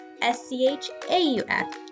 S-C-H-A-U-F